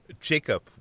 Jacob